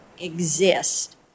exist